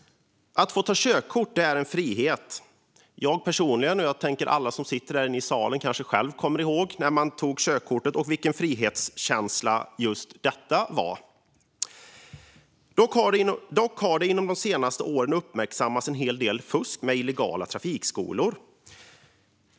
Att ta körkort är en frihet. Jag själv, och, tror jag, alla som sitter här inne i salen, kommer ihåg vilken frihetskänsla det var att få körkort. Dock har det under de senaste åren uppmärksammats en del fusk med illegala trafikskolor.